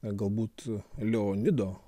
galbūt leonido